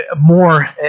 more